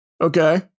Okay